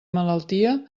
malaltia